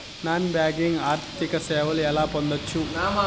Non banking ఆర్థిక సేవలు ఎలా పొందొచ్చు?